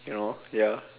you know ya